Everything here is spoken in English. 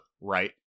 right